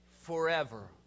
forever